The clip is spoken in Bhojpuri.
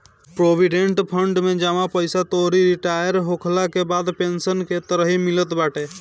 प्रोविडेट फंड में जमा पईसा तोहरी रिटायर होखला के बाद पेंशन के तरही मिलत बाटे